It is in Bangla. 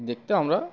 দেখতে আমরা